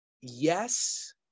Yes